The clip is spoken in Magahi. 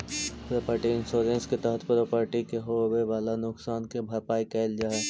प्रॉपर्टी इंश्योरेंस के तहत प्रॉपर्टी के होवेऽ वाला नुकसान के भरपाई कैल जा हई